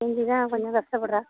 ஹிந்தி தான் கொஞ்சம் கஷ்டப்படுறா